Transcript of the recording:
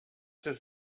does